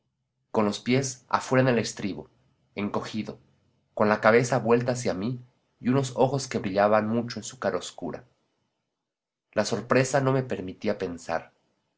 plataforma los pies afuera en el estribo encogido con la cabeza vuelta hacia mí y unos ojos que brillaban mucho en su cara oscura la sorpresa no me permitía pensar